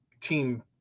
team